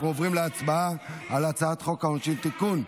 אנחנו עוברים להצבעה על הצעת חוק העונשין (תיקון,